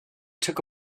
took